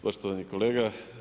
Poštovani kolega.